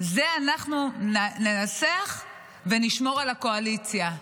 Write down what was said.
זה "אנחנו ננצח ונשמור על הקואליציה".